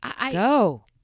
Go